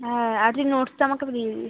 হ্যাঁ আর তুই নোটসটা আমাকে একটু দিয়ে দিস